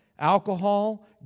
alcohol